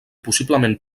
possiblement